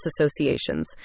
associations